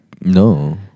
No